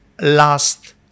last